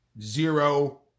zero